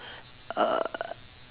err